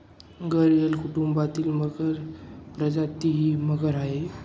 घरियल कुटुंबातील मगर प्रजाती ही मगर आहे